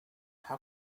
how